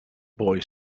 boy